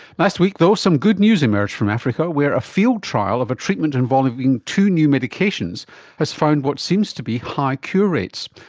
last week though some good news emerged from africa where a field trial of a treatment involving two new medications has found what seems to be high cure rates.